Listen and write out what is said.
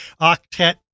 octet